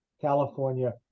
California